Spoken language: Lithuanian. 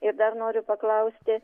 ir dar noriu paklausti